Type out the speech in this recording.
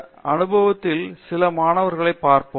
இந்த அனுபவத்தில் சில மாணவர்களைப் பார்ப்போம்